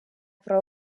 про